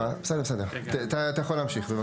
אתה יכול להמשיך, בבקשה.